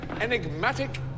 enigmatic